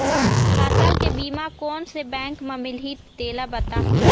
फसल के बीमा कोन से बैंक म मिलही तेला बता?